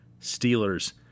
steelers